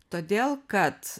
todėl kad